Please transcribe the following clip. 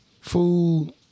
Food